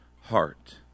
heart